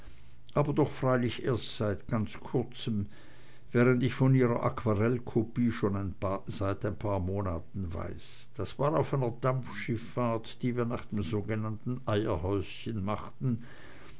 aber doch freilich erst seit ganz kurzem während ich von ihrer aquarellkopie schon seit ein paar monaten weiß das war auf einer dampfschiffahrt die wir nach dem sogenannten eierhäuschen machten